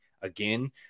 again